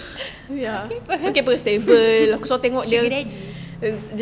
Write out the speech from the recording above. okay [pe] sugar daddy